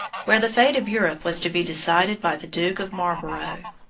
where the fate of europe was to be decided by the duke of marlborough.